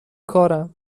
کارم